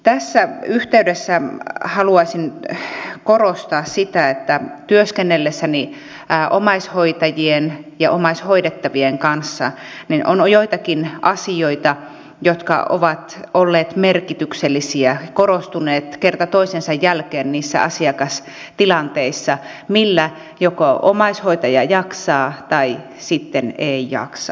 tässä yhteydessä haluaisin korostaa sitä että työskennellessäni omaishoitajien ja omaishoidettavien kanssa on ollut joitakin asioita jotka ovat olleet merkityksellisiä korostuneet kerta toisensa jälkeen niissä asiakastilanteissa että millä omaishoitaja joko jaksaa tai sitten ei jaksa